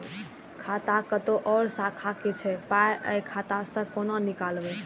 खाता कतौ और शाखा के छै पाय ऐ शाखा से कोना नीकालबै?